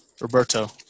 Roberto